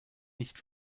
nicht